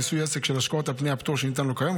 מיסוי עסק של השקעות על פני הפטור שניתן לו כיום,